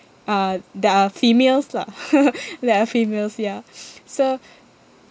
uh that are females lah that are females ya so